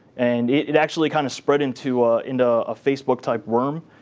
and it actually kind of spread into into a facebook-type worm.